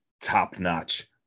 top-notch